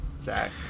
zach